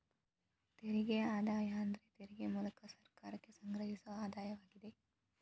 ತೆರಿಗೆ ಆದಾಯ ಅಂದ್ರ ತೆರಿಗೆ ಮೂಲ್ಕ ಸರ್ಕಾರ ಸಂಗ್ರಹಿಸೊ ಆದಾಯವಾಗಿದೆ